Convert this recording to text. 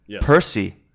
Percy